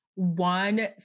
one